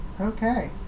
Okay